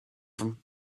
him